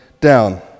down